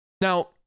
Now